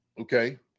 okay